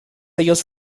ellos